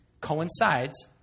coincides